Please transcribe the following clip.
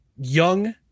young